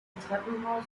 treppenhaus